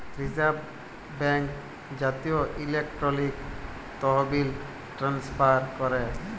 reserve bank জাতীয় electronic তহবিল transfer ক্যরে